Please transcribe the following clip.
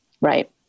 right